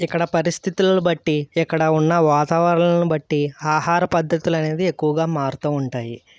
ఇక్కడ పరిస్థితులు బట్టి ఇక్కడ ఉన్న వాతావరణాలని బట్టి ఆహార పద్ధతులు అనేవి ఎక్కువగా మారుతూ ఉంటాయి